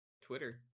Twitter